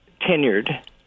tenured